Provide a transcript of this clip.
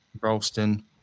Ralston